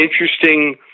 interesting